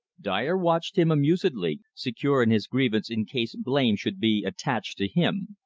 dyer watched him amusedly, secure in his grievance in case blame should be attached to him.